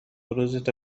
روزتو